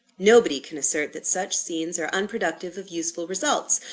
nobody can assert that such scenes are unproductive of useful results,